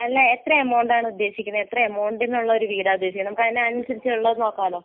അല്ല എത്ര എമൗണ്ടാണ് ഉദ്ദേശിക്കുന്നത് എത്ര എമൗണ്ടിൽ ഉള്ള ഒരു വീടാണ് ഉദ്ദേശിക്കുന്നത് നമുക്ക് അതിനനുസരിച്ച് ഉള്ളതു നോക്കാലോ